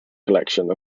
collection